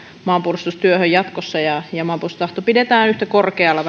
maanpuolustustyöhön jatkossa ja maanpuolustustahto pidetään vähintään yhtä korkealla